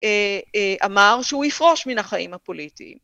אמר שהוא יפרוש מן החיים הפוליטיים.